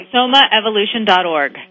Somaevolution.org